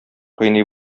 кыйный